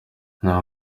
nta